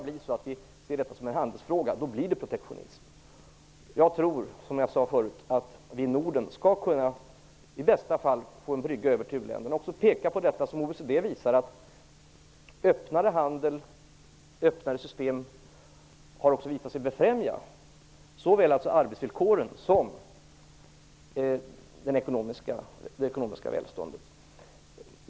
Vi får aldrig se detta bara som en handelsfråga. Då blir det protektionism. Jag tror, som jag sade tidigare, att vi i Norden i bästa fall skall kunna få en brygga över till uländerna. Jag vill också peka på det som OECD visar, nämligen att öppnare handel och öppnare system har visat sig befrämja såväl arbetsvillkoren som det ekonomiska välståndet.